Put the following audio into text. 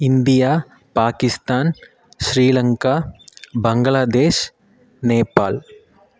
India Pakistan Sri Lanka Bangladesh Nepal